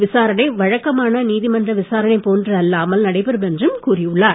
விசாரணை வழக்கமான நீதிமன்ற விசாரணை போன்று அல்லாமல் நடைபெறும் என்றும் கூறியுள்ளார்